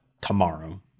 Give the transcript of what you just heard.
tomorrow